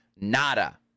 Nada